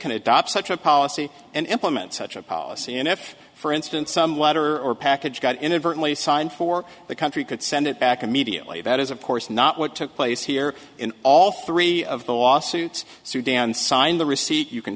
can adopt such a policy and implement such a policy and if for instance some letter or package got inadvertently signed for the country could send it back immediately that is of course not what took place here in all three of the lawsuits sudan sign the receipt you can